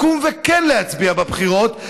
לקום וכן להצביע בבחירות,